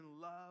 love